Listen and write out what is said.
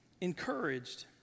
encouraged